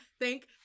Thank